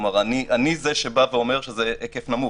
אני זה שאומר שהוא נמוך.